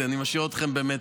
אני משאיר אתכם במתח.